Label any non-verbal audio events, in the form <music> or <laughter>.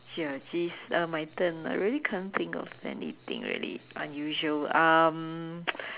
ya geez uh my turn I really can't think of anything really unusual um <noise>